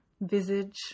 Visage